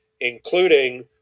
including